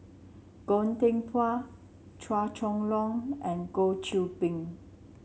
Goh Teck Phuan Chua Chong Long and Goh Qiu Bin